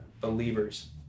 believers